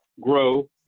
grow